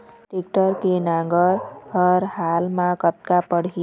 Tractor के नांगर हर हाल मा कतका पड़िही?